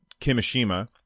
Kimishima